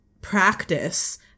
practice